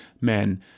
men